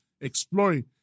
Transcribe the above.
exploring